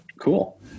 Cool